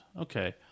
okay